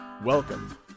Welcome